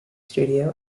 studio